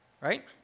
Right